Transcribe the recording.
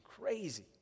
crazy